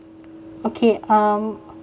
okay um